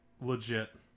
legit